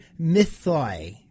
mythoi